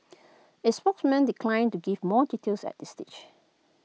its spokesman declined to give more details at this stage